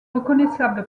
reconnaissable